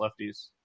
lefties